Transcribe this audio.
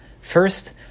First